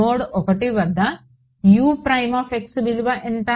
node 1 వద్ద విలువ ఎంత